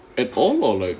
at all or like